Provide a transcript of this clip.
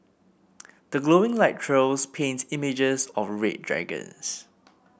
the glowing light trails paint images of red dragons